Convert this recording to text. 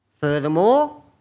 Furthermore